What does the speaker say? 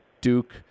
Duke